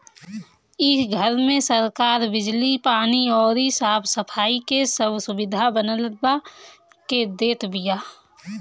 इ घर में सरकार बिजली, पानी अउरी साफ सफाई के सब सुबिधा बनवा के देत बिया